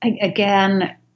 again